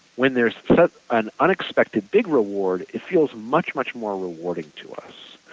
when there's but an unexpected big reward, it feels much, much more rewarding to us.